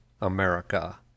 America